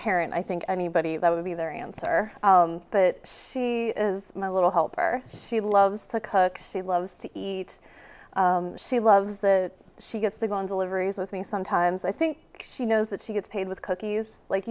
parent i think anybody that would be their answer but she is my little helper she loves to cook she loves to eat she loves that she gets the go on deliveries with me sometimes i think she knows that she gets paid with cookies like